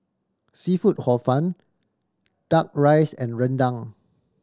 seafood Hor Fun Duck Rice and rendang